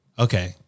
okay